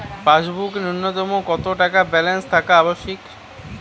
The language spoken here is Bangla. পাসবুকে ন্যুনতম কত টাকা ব্যালেন্স থাকা আবশ্যিক?